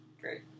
Great